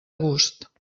gust